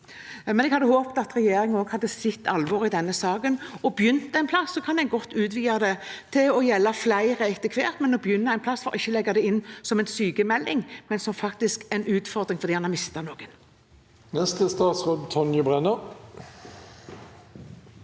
Jeg hadde håpet at regjeringen også hadde sett alvoret i denne saken og begynt en plass. Så kan en godt utvide det til å gjelde flere etter hvert, men en kan begynne en plass for ikke å legge det inn som en sykmelding, men som en utfordring fordi en har mistet noen. Statsråd Tonje Brenna